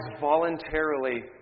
voluntarily